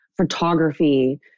photography